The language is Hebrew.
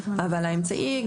אבל האמצעי,